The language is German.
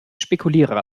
spekuliere